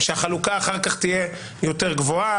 שהחלוקה אחר כך תהיה יותר גבוהה,